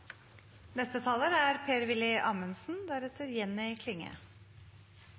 Neste taler er